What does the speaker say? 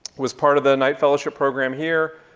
was part of the knight fellowship program here,